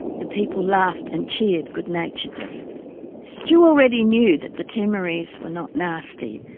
the people laughed and cheered good-naturedly strewe already knew that the timorese were not nasty,